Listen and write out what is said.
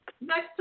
Next